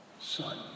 son